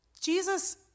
Jesus